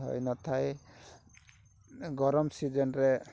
ହୋଇନଥାଏ ଗରମ ସିଜିନ୍ରେ